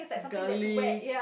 girly